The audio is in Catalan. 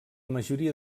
majoria